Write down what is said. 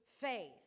faith